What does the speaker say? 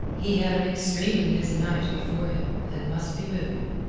he had an extremely busy night before him, and must be moving.